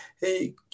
hey